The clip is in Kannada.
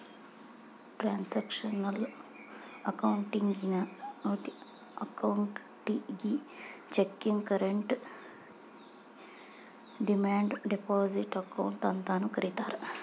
ಟ್ರಾನ್ಸಾಕ್ಷನಲ್ ಅಕೌಂಟಿಗಿ checking current demand deposit account ಅಂತಾನೂ ಕರಿತಾರಾ